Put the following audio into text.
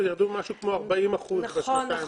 ירדו במשהו כמו 40 אחוזים בשנתיים האחרונות.